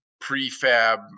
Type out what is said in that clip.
prefab